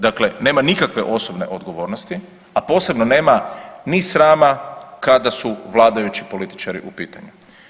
Dakle, nema nikakve osobne odgovornosti, a posebno nema ni srama kada su vladajući političari u pitanju.